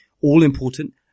all-important